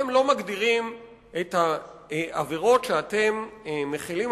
אתם לא מגדירים את העבירות שאתם מחילים